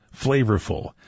flavorful